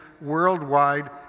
worldwide